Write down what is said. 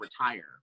Retire